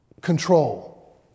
control